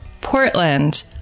Portland